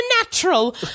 natural